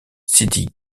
sidi